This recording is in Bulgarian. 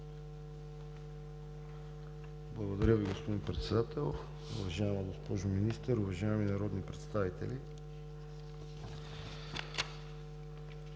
Благодаря Ви, господин Председател. Уважаема госпожо Министър, уважаеми народни представители!